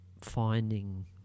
finding